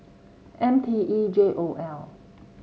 M T E J O L